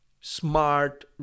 smart